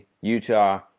Utah